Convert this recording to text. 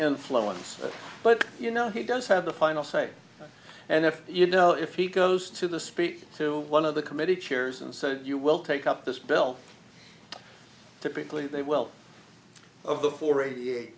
influence but you know he does have the final say and if you know if he goes to the speak to one of the committee chairs and said you will take up this bill typically they will of the four